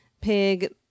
pig